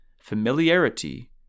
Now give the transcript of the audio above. familiarity